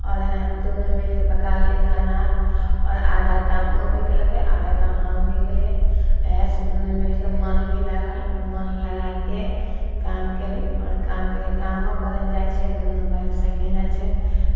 आओर हइ ने दुनू मिलि कऽ पका लेली खाना आओर आधा काम ओ भी केलकै आओर आधा काम हम भी केलियै इएहसँ दुनू मिलि कऽ मन भी लागल मन लगा कऽ काम कयली आओर काम करि कामो करै जाइ छियै दुनू बहीन सङ्गे जाइ छियै